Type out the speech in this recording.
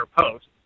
post